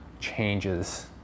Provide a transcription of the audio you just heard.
changes